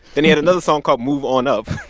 then he had another song called move on up,